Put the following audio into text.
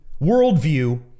worldview